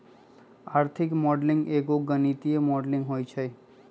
आर्थिक मॉडलिंग एगो गणितीक मॉडलिंग होइ छइ